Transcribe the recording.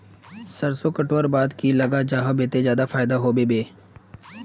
सरसों कटवार बाद की लगा जाहा बे ते ज्यादा फायदा होबे बे?